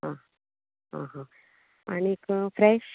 आ आ हा आनीक फ्रेश